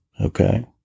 Okay